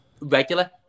regular